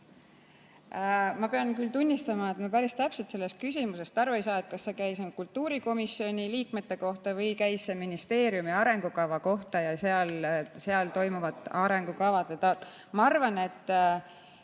Ma pean tunnistama, et ma päris täpselt sellest küsimusest aru ei saanud ega tea, kas see käis kultuurikomisjoni liikmete kohta või käis see ministeeriumi arengukava kohta ja seal toimuvate arengukavade ... Ma arvan, et